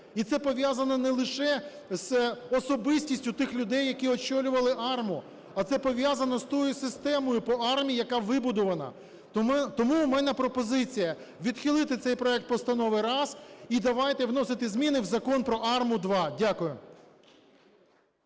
І це пов'язано не лише з особистістю тих людей, які очолювали АРМА, а це пов'язано з тою системою по АРМА, яка вибудувана. Тому у мене пропозиція: відхилити цей проект постанови – раз, і давайте вносити зміни в Закон про АРМУ – два. Дякую.